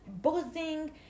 buzzing